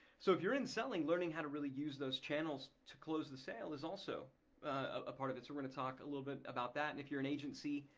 so if you're in selling, learning how to really use those channels to close the sale is also a part of it so we're gonna talk a little bit about that and if you're an agency,